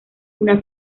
una